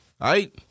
right